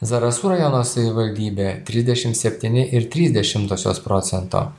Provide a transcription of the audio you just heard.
zarasų rajono savivaldybė trisdešim septyni ir trys dešimtosios procento